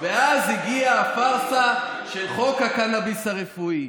ואז הגיעה הפארסה של חוק הקנביס הרפואי.